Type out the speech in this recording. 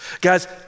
Guys